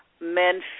men